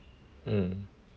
mm